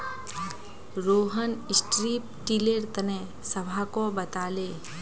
Rohan strip tiller तने सबहाको बताले